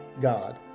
God